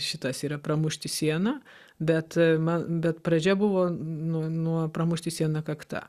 šitas yra pramušti sieną bet man bet pradžia buvo nuo nuo pramušti sieną kakta